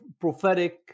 prophetic